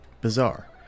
bizarre